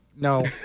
No